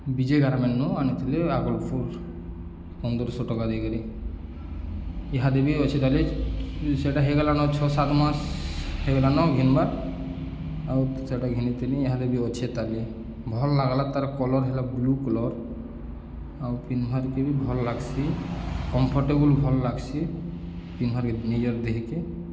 ବିଜୟ garment ନୁଁ ଆଣିଥିଲି ଆଗଲପୁର ପନ୍ଦରଶହ ଟଙ୍କା ଦେଇକରି ଏହାଦେ ବି ଅଛେ ତାଲେ ସେଟା ହେଇଗଲାନ ଛଅ ସାତ ମାସ ହେଇଗଲାନ ଘେନ୍ବାର୍ ଆଉ ସେଟା ଘିନିଥିଲି ଏହାଦେ ବି ଅଛେ ତାଲେ ଭଲ୍ ଲାଗ୍ଲା ତାର କଲର୍ ହେଲା ବ୍ଲୁ କଲର୍ ଆଉ ପିନ୍ଧବାର୍କେ ବି ଭଲ୍ ଲାଗ୍ସି କମ୍ଫର୍ଟେବୁଲ୍ ଭଲ୍ ଲାଗ୍ସି ପିନ୍ଧବାର୍କେ ନିଜର ଦେହିକେ